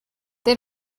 they